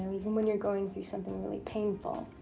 um even when you're going through something really painful.